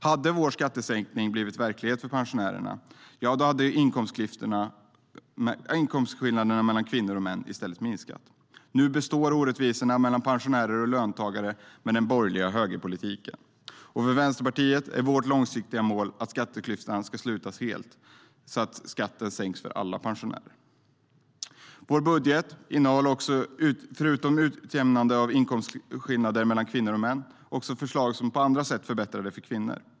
Hade vår skattesänkning för pensionärerna blivit verklighet hade inkomstskillnaderna mellan kvinnor och män i stället minskat. Nu består orättvisorna mellan pensionärer och löntagare med den borgerliga högerpolitiken. För Vänsterpartiet är det långsiktiga målet att skatteklyftan ska slutas helt, så att skatten sänks för alla pensionärer. Vår budget innehåller, förutom förslag som utjämnar inkomstskillnaderna mellan kvinnor och män, också förslag som på andra sätt förbättrar för kvinnor.